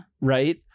Right